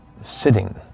Sitting